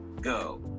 go